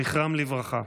זכרם לברכה.